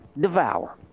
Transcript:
devour